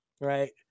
right